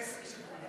עסק של כולנו.